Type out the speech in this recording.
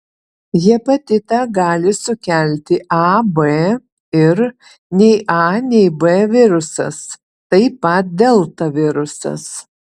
hepatitą gali sukelti a b ir nei a nei b virusas taip pat delta virusas